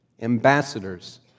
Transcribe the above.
Ambassadors